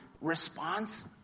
response